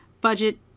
budget